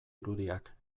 irudiak